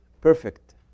perfect